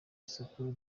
isoko